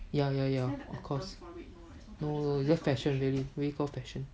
ya ya ya of course no just fashion really called fashion